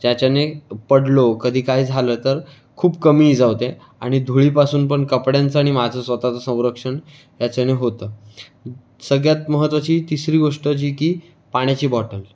त्याच्याने पडलो कधी काय झालं तर खूप कमी इजा होते आणि धुळीपासून पण कपड्यांचं आणि माझं स्वतःचं संरक्षण याच्याने होतं सगळ्यात महत्वाची तिसरी गोष्ट जी की पाण्याची बॉटल